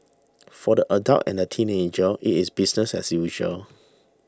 for the adults and the teenagers it is business as usual